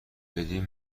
بدین